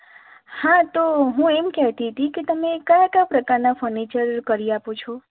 હા તો હું એમ કહેતી હતી કે તમે કયા કયા પ્રકારનાં ફર્નિચર કરી આપો છો